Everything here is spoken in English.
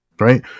right